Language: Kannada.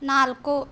ನಾಲ್ಕು